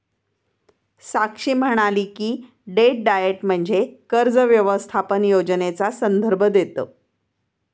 साक्षी म्हणाली की, debt diet म्हणजे कर्ज व्यवस्थापन योजनेचा संदर्भ देतं